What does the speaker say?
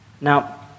Now